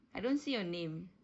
I don't see your name